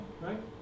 Right